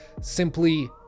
simply